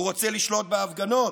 הוא רוצה לשלוט בהפגנות,